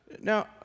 now